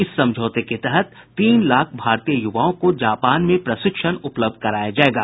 इस समझौते के तहत तीन लाख भारतीय यूवाओं को जापान में प्रशिक्षण उपलब्ध कराया जायेगा